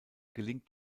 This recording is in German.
gelingt